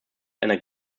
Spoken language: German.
einer